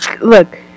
look